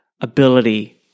ability